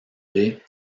baies